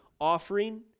offering